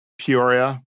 Peoria